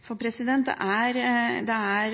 Det er